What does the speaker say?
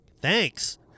thanks